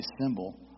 symbol